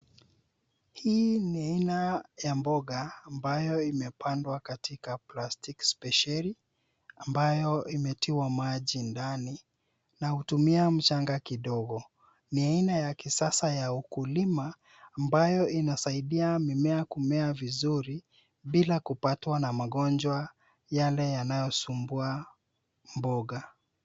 Hii ni aina ya mboga ambayo imepandwa katika plastiki spesheli ambayo imetiwa maji ndani na hutumia mchanga kidogo. Ni aina ya kisasa ya ukulima, ambayo inasaidia mimea kumea vizuri bila kupatwa na magonjwa yale yanayosumbua mboga.